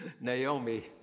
Naomi